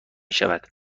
شود